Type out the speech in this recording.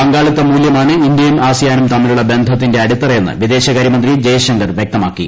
പങ്കാളിത്ത മൂല്യമാണ് ഇന്ത്യയും ആസിയാനും തമ്മിലുള്ള ബന്ധത്തിന്റെ അടിത്തറയെന്ന് വിദേശകാര്യമന്ത്രി ജയ്ശങ്കർ വ്യക്തമാക്കി